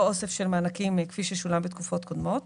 אוסף של מענקים כפי ששולם בתקופות קודמות.